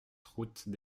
route